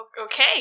Okay